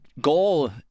goal